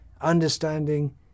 understanding